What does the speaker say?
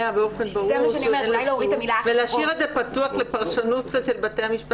באופן ברור --- ולהשאיר את זה פתוח לפרשנות של בתי המשפט.